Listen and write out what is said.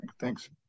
Thanks